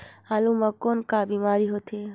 आलू म कौन का बीमारी होथे?